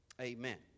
Amen